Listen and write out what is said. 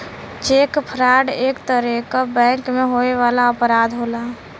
check fraud एक तरे क बैंक में होए वाला अपराध होला